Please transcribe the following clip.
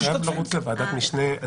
אני חייב לרוץ לוועדת משנה,